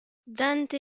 dante